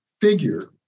figure